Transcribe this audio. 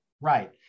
Right